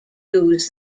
use